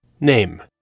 Name